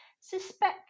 suspect